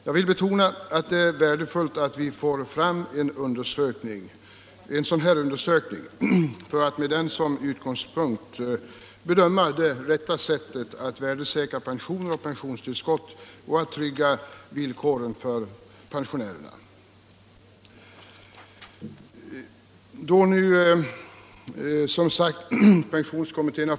Jag vill betona att det är värdefullt att vi får fram en sådan här undersökning för att med den som utgångspunkt bedöma det rätta sättet att värdesäkra pensioner och pensionstillskott och trygga villkoren för pensionärerna.